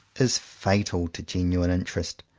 is fatal to genuine interest,